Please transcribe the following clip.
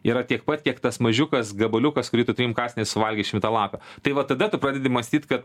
yra tiek pat kiek tas mažiukas gabaliukas kurį tu trim kąsniais suvalgei šimtalapio tai va tada tu pradedi mąstyt kad